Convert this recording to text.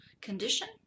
condition